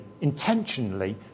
intentionally